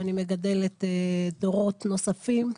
ואני מגדלת דורות נוספים,